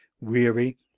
weary